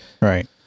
Right